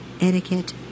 etiquette